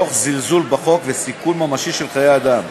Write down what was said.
תוך זלזול בחוק וסיכון ממשי של חיי אדם.